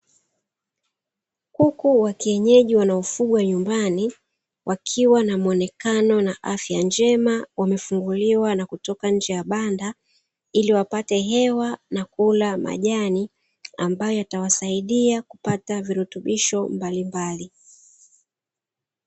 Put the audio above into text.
Kuku wa kienyeji wanaofugwa nyumbani wakiwa na muonekano na afya njema, wamefunguliwa na kutoka nje ya banda, ili wapate hewa na kula majani ambayo yatawasaidia kupata virutubisho mbalimbali.